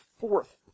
fourth